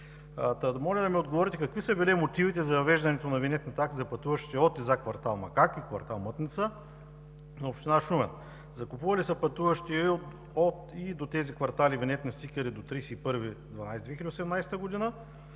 Моля да ми отговорите какви са били мотивите за въвеждането на винетни такси за пътуващите от и за кв. „Макак“ и кв. „Мътница“ на община Шумен? Закупували ли са пътуващи от и до тези квартали винетни стикери до 31 декември